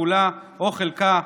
כולה או חלקה,